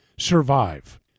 Survive